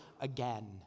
again